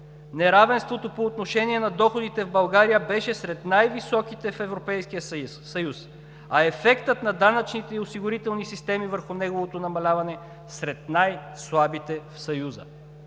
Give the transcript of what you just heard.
„Неравенството по отношение на доходите в България беше сред най-високите в Европейския съюз, а ефектът на данъчните и осигурителните системи върху неговото намаляване – сред най слабите в Съюза.“